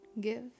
Give